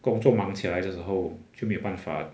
工作忙起来的时候就没有办法